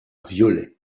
violet